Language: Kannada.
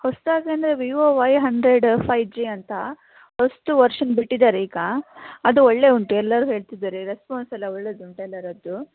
ಹೊಸ್ದಾದ್ರಿಂದ Vivo Y hundred five G ಅಂತ ಹೊಸ್ತು ವರ್ಷನ್ ಬಿಟ್ಟಿದ್ದಾರೆ ಈಗ ಅದು ಒಳ್ಳೆಯ ಉಂಟು ಎಲ್ಲರೂ ಹೇಳ್ತಿದ್ದಾರೆ ರೆಸ್ಪೋನ್ಸೆಲ್ಲ ಒಳ್ಳೆದು ಉಂಟು ಎಲ್ಲರದ್ದು